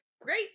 great